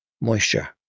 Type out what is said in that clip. moisture